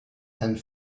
and